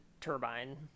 turbine